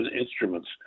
instruments